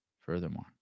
Furthermore